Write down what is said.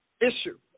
Issue